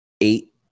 eight